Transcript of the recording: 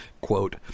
quote